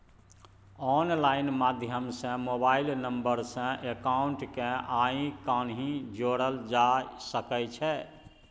online माध्यम सँ mobile number सँ अकाउंट केँ आइ काल्हि जोरल जा सकै छै